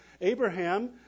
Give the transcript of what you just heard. Abraham